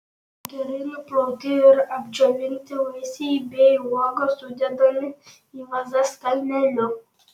gerai nuplauti ir apdžiovinti vaisiai bei uogos sudedami į vazas kalneliu